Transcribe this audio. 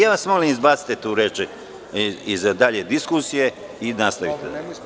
Ja vas molim, izbacite tu reč iz dalje diskusije i nastavite.